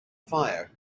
fire